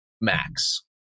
Max